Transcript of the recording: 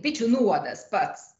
bičių nuodas pats